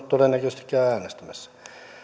todennäköisesti käy äänestämässä